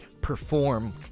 perform